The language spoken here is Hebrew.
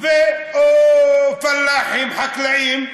או פלאחים, חקלאים,